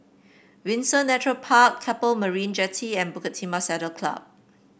Windsor Nature Park Keppel Marina Jetty and Bukit Timah Saddle Club